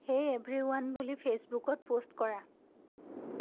হেই everyone বুলি Facebook 'ত post কৰা